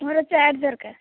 ମୋର ଚାଟ୍ ଦରକାର